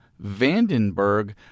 Vandenberg